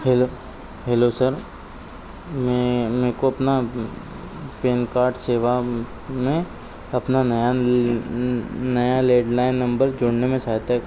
hello hello sir मे मेरे को अपनी पैन कार्ड सेवा में अपना नया नया लैन्डलाइन जोड़ने में सहायता